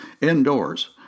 indoors